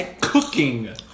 Cooking